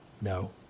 No